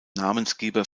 namensgeber